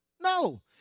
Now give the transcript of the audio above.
No